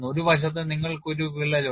ഒരു വശത്ത് നിങ്ങൾക്ക് ഒരു വിള്ളൽ ഉണ്ട്